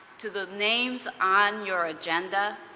to the names on your agenda,